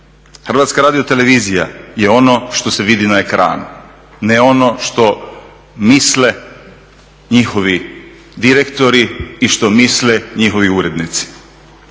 nije javni servis. HRT je ono što se vidi na ekranu, ne ono što misle njihovi direktori i što misle njihovi urednici.